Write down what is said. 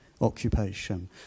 occupation